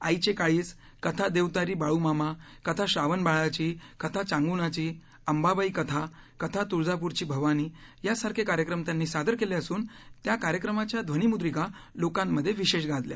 आईचे काळीज कथा देवतारी बाळूमामा कथा श्रावण बाळाची कथा चांगुणाची अंबाबाई कथा कथा तुळजापुरची भवानी यांसारखे कार्यक्रम त्यांनी सादर केले असून त्या कार्यक्रमाच्या ध्वनिमुद्रिका लोकांमध्ये विशेष गाजल्या